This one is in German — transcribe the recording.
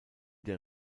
der